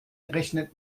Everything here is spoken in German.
rechnet